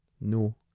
no